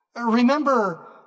Remember